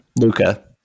Luca